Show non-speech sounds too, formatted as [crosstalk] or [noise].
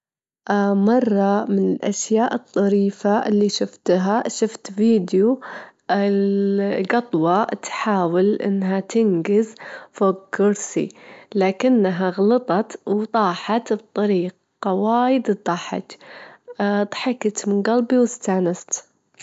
ما أجدر احدد [hesitation] إجابة السؤال وأجول وش مصدر الكون، بس أجدر أجول إن الكون يجولون إن الكون نشأ من إنفجار عظيم، بدا من نقطة واحدة وانفتح بشكل تدريجي، وهذا يدل على عظمة الخالق [hesitation] وعظمة الخالق للكون.